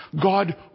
God